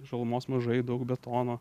žalumos mažai daug betono